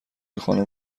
خانم